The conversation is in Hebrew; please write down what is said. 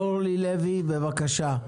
אורלי לוי, בבקשה.